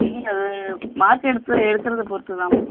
இல்லை மார்க் எடுத்து எடுக்கறதை பொறுத்துதாம்மா